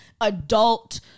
adult